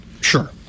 Sure